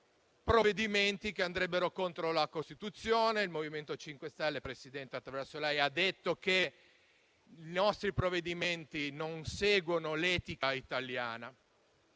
di proporre provvedimenti che andrebbero contro la Costituzione. Il MoVimento 5 Stelle, attraverso di lei, Presidente, ha detto che i nostri provvedimenti non seguono l'etica italiana